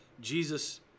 Jesus